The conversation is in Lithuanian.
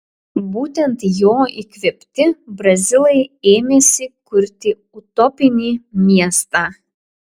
būtent jo įkvėpti brazilai ėmėsi kurti utopinį miestą